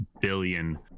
billion